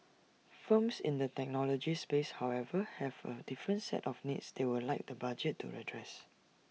firms in the technology space however have A different set of needs they would like the budget to address